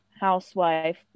housewife